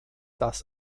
das